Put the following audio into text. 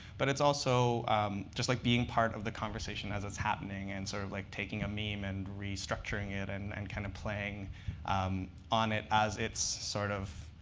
but it's also just like being part of the conversation as it's happening and sort of like taking a meme and restructuring it and and kind of playing um on it as it's sort of